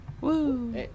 Woo